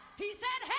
he said